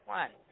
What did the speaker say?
one